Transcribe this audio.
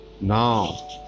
now